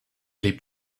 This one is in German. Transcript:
lebt